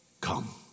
Come